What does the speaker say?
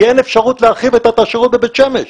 אין אפשרות להרחיב את השירות בבית שמש.